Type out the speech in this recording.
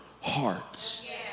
heart